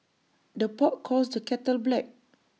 the pot calls the kettle black